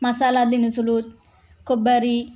మసాలా దినుసులు కొబ్బరి